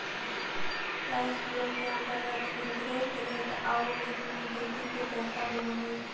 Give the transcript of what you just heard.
cash flow के अंतर्गत interest rate आउ लिक्विडिटी के चर्चा होवऽ हई